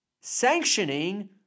sanctioning